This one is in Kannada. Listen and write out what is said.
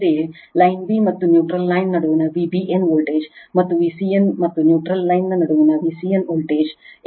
ಅಂತೆಯೇ ಲೈನ್ b ಮತ್ತು ನ್ಯೂಟ್ರಾಲ್ ಲೈನ್ ನಡುವಿನ Vbn ವೋಲ್ಟೇಜ್ ಮತ್ತು Vcn ಮತ್ತು ನ್ಯೂಟ್ರಾಲ್ ಲೈನ್ ನ ನಡುವಿನ Vcn voltage N line an bn cn